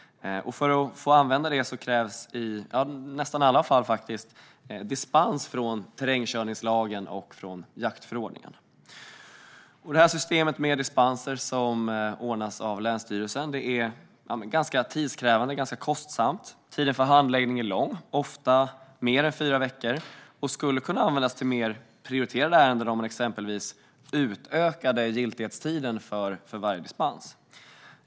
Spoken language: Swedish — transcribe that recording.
För att få använda ett sådant fordon krävs i nästan alla fall dispens från terrängkörningslagen och från jaktförordningen. Detta system med dispenser som ordnas av länsstyrelsen är ganska tidskrävande och ganska kostsamt. Tiden för handläggning är lång - ofta mer än fyra veckor - och skulle kunna användas till mer prioriterade ärenden om man exempelvis utökade giltighetstiden för varje dispens.